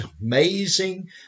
amazing